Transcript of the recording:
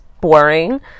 boring